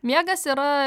miegas yra